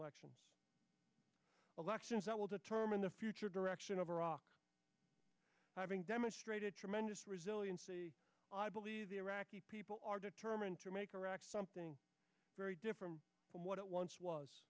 national elections that will determine the future direction of iraq having demonstrated tremendous resilience of the iraqi people are determined to make iraq something very different from what it once was